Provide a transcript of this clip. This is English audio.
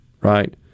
right